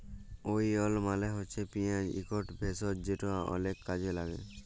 ওলিয়ল মালে হছে পিয়াঁজ ইকট ভেষজ যেট অলেক কাজে ল্যাগে